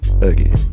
again